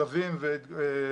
לא, זה שלבים ומהלכים.